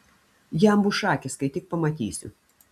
jam bus šakės kai tik pamatysiu